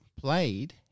played